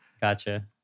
Gotcha